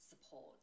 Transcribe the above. support